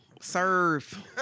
serve